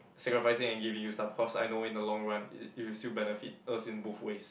sacrificing I give you some cause I know in the long run it it will still benefit us in both ways